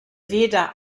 weder